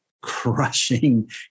crushing